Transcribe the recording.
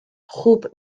خوب